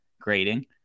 grading